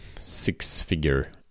six-figure